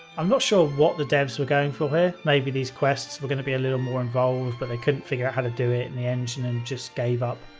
i'm not sure what the devs were going for here. maybe these quests were going to be a little more involved, but they couldn't figure out how to do it in the engine and just gave up.